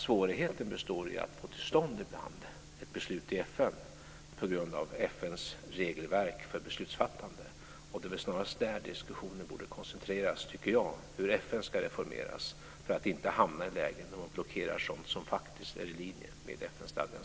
Svårigheten består i stället ibland i att få till stånd ett beslut i FN på grund av FN:s regelverk för beslutsfattande. Det är väl snarast där som diskussionen borde koncentreras, tycker jag - alltså hur FN ska reformeras; detta för att inte hamna i ett läge där man blockerar sådant som faktiskt är i linje med FN